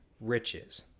riches